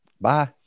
bye